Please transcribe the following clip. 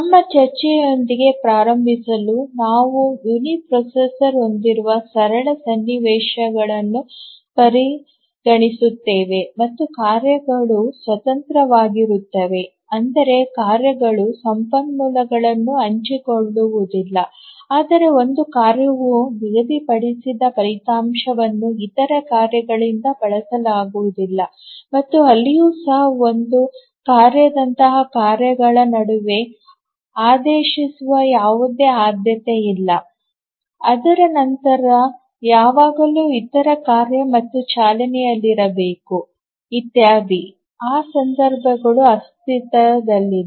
ನಮ್ಮ ಚರ್ಚೆಯೊಂದಿಗೆ ಪ್ರಾರಂಭಿಸಲು ನಾವು ಯುನಿಪ್ರೊಸೆಸರ್ ಹೊಂದಿರುವ ಸರಳ ಸನ್ನಿವೇಶವನ್ನು ಪರಿಗಣಿಸುತ್ತೇವೆ ಮತ್ತು ಕಾರ್ಯಗಳು ಸ್ವತಂತ್ರವಾಗಿರುತ್ತವೆ ಅಂದರೆ ಕಾರ್ಯಗಳು ಸಂಪನ್ಮೂಲಗಳನ್ನು ಹಂಚಿಕೊಳ್ಳುವುದಿಲ್ಲ ಅಂದರೆ ಒಂದು ಕಾರ್ಯವು ನಿಗದಿಪಡಿಸಿದ ಫಲಿತಾಂಶವನ್ನು ಇತರ ಕಾರ್ಯಗಳಿಂದ ಬಳಸಲಾಗುವುದಿಲ್ಲ ಮತ್ತು ಅಲ್ಲಿಯೂ ಸಹ ಒಂದು ಕಾರ್ಯದಂತಹ ಕಾರ್ಯಗಳ ನಡುವೆ ಆದೇಶಿಸುವ ಯಾವುದೇ ಆದ್ಯತೆಯಿಲ್ಲ ಅದರ ನಂತರ ಯಾವಾಗಲೂ ಇತರ ಕಾರ್ಯ ಮತ್ತು ಚಾಲನೆಯಲ್ಲಿರಬೇಕು ಇತ್ಯಾದಿ ಆ ಸಂದರ್ಭಗಳು ಅಸ್ತಿತ್ವದಲ್ಲಿಲ್ಲ